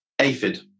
aphid